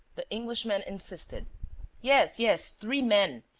the englishman insisted yes, yes. three men.